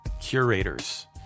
curators